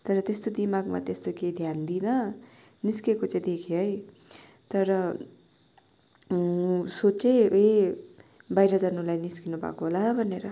तर त्यस्तो दिमागमा त्यस्तो केही ध्यान दिइनँ निस्किएको चाहिँ देखेँ है तर सोचेँ उहीँ बाहिर जानुलाई निस्किनुभएको होला भनेर